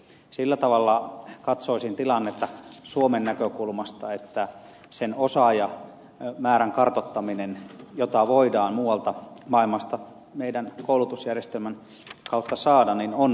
sillä tavalla katsoisin tilannetta suomen näkökulmasta että sen osaajamäärän kartoittaminen jota voidaan muualta maailmasta meidän koulutusjärjestelmän kautta saada on paikallaan